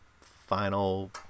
final